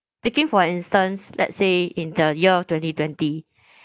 taking for instance let's say in the year of twenty-twenty